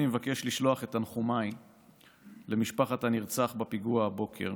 אני מבקש לשלוח את תנחומיי למשפחת הנרצח בפיגוע הבוקר,